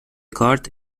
کارت